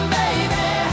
baby